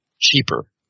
cheaper